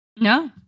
No